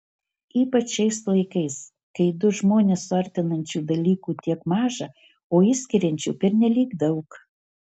ypač šiais laikais kai du žmones suartinančių dalykų tiek maža o išskiriančių pernelyg daug